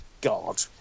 God